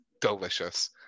delicious